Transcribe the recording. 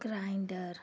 grinder